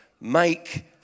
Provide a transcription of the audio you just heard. make